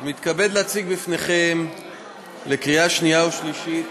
אני מתכבד להציג בפניכם לקריאה שנייה ושלישית